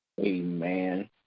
Amen